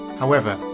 however,